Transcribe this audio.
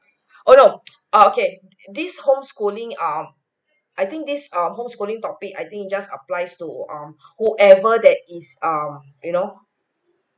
hold on err okay these homeschooling um I think these um homeschooling topic I think you just apply to um whoever that is um you know